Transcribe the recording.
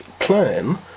plan